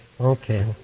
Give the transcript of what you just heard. okay